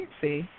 see